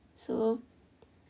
so